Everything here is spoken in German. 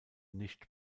nicht